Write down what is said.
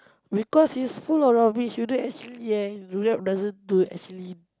because it's full of rubbish you know actually eh New-York doesn't do actually